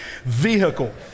vehicle